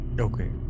Okay